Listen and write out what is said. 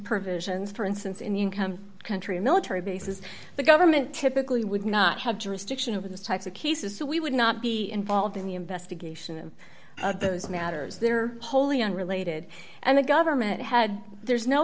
provisions for instance in the income country military bases the government typically would not have jurisdiction over those types of cases so we would not be involved in the investigation of those matters there are wholly unrelated and the government had there's no